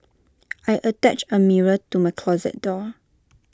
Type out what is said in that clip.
I attached A mirror to my closet door